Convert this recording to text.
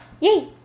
Yay